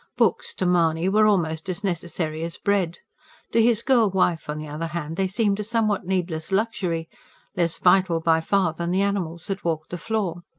books to mahony were almost as necessary as bread to his girl-wife, on the other hand, they seemed a somewhat needless luxury less vital by far than the animals that walked the floor.